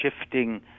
shifting